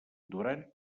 durant